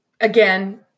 again